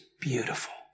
beautiful